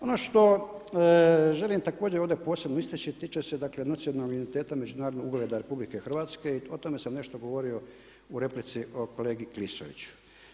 Ono što želim također ovdje posebno istaći, tiče se dakle nacionalnog identiteta međunarodnog ugleda RH i o tome sam nešto govorio u replici kolegi Klisoviću.